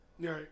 Right